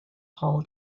paul